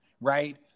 right